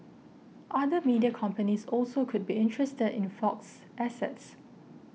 other media companies also could be interested in Fox's assets